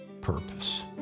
purpose